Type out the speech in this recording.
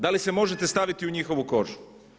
Da li se možete staviti u njihovu kožu?